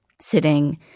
sitting